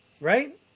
Right